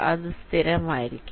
അത് സ്ഥിരമായിരിക്കും